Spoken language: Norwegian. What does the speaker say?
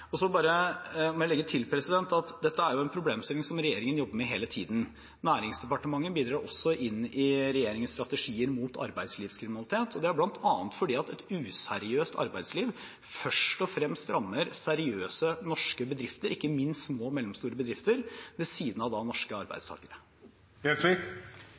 må jeg bare legge til at dette er en problemstilling som regjeringen jobber med hele tiden. Næringsdepartementet bidrar også i regjeringens strategier mot arbeidslivskriminalitet, og det er bl.a. fordi et useriøst arbeidsliv først og fremst rammer seriøse norske bedrifter, ikke minst små og mellomstore bedrifter, ved siden av norske